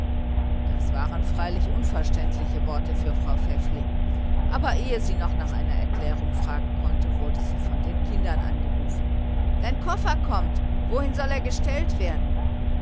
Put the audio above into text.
das waren freilich unverständliche worte für frau pfäffling aber ehe sie noch nach erklärung fragen konnte wurde sie von den kindern angerufen dein koffer kommt wohin soll er gestellt werden